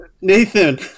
Nathan